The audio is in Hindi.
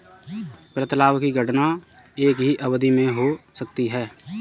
प्रतिलाभ की गणना एक ही अवधि में हो सकती है